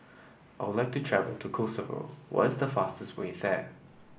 I would like to travel to Kosovo why is the fastest way there